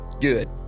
Good